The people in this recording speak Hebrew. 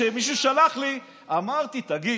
שמישהו שלח לי, אמרתי: תגיד,